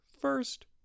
First